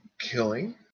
killing